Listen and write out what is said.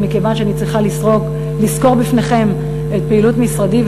אבל מכיוון שאני צריכה לסקור בפניכם את פעילות משרדי,